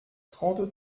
trente